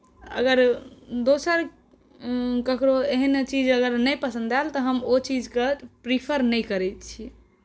अगर दोसर ककरहु एहन एहन चीज अगर नहि पसन्द आएल तऽ हम ओ चीजकेँ प्रीफर नहि करैत छियै